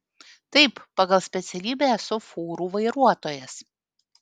taip pagal specialybę esu fūrų vairuotojas